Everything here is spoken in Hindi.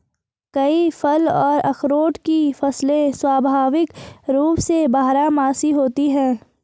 कई फल और अखरोट की फसलें स्वाभाविक रूप से बारहमासी होती हैं